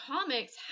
comics